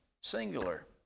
singular